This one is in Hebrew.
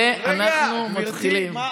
חמש דקות, ואנחנו מתחילים.